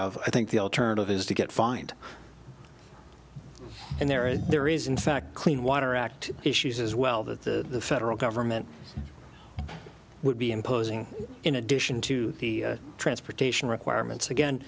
of i think the alternative is to get fined and there are there is in fact clean water act issues as well that the federal government would be imposing in addition to the transportation requirements again